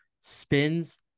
spins